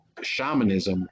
shamanism